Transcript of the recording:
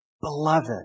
Beloved